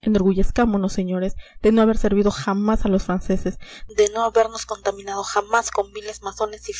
enorgullezcámonos señores de no haber servido jamás a los franceses de no habernos contaminado jamás con viles masones y